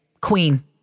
Queen